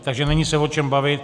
Takže není se o čem bavit.